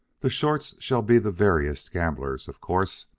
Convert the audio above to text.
the shorts shall be the veriest gamblers, of course,